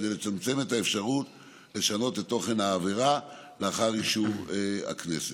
כדי לצמצם את האפשרות לשנות את תוכן העבירה לאחר אישור הכנסת.